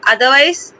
Otherwise